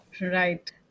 Right